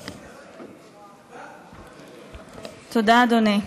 תודה, אדוני.